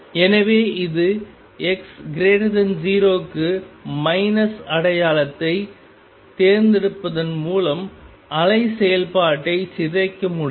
எனவே இது x0 க்கு மைனஸ் அடையாளத்தைத் தேர்ந்தெடுப்பதன் மூலம் அலை செயல்பாட்டை சிதைக்க முடியும்